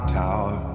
tower